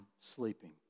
sleeping